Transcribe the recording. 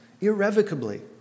irrevocably